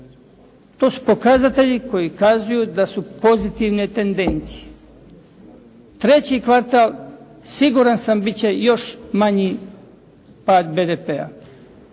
To su pokazatelji koji pokazuju da su pozitivne tendencije. Treći kvartal siguran sam bit će još manji pad BDP-a.